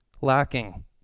lacking